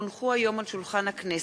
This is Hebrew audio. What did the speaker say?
כי הונחו היום על שולחן הכנסת,